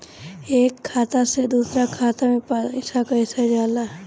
एक खाता से दूसर खाता मे पैसा कईसे जाला?